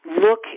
look